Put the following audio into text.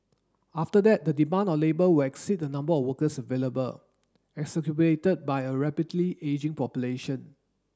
after that the demand of labour will exceed the number of workers available exacerbated by a rapidly ageing population